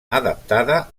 adaptada